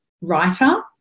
writer